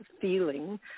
feeling